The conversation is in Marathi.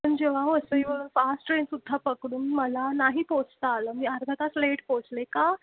पण जेव्हा वसईवरून फास्ट ट्रेन सुद्धा पकडून मला नाही पोचता आलं मी अर्धा तास लेट पोहोचले का